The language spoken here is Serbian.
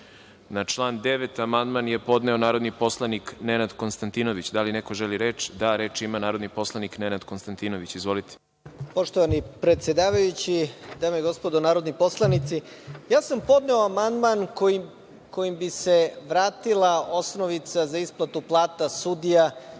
član 9. amandman je podneo narodni poslanik Nenad Konstantinović. Da li neko želi reč? (Da.)Reč ima narodni poslanik Nenad Konstantinović. Izvolite. **Nenad Konstantinović** Poštovani predsedavajući, dame i gospodo narodni poslanici, podneo sam amandman koji im bi se vratila osnovica za isplatu plata sudija